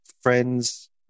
friends